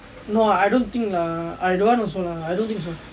no I don't think lah I don't want also lah I don't think so